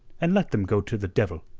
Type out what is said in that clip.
and let them go to the devil.